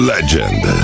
Legend